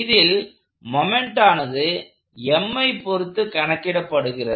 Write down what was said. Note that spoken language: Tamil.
இதில் மொமெண்ட் ஆனது m ஐ பொருத்து கணக்கிடப்படுகிறது